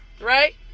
Right